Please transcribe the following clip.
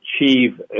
achieve